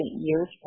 years